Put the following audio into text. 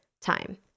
time